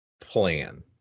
plan